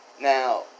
Now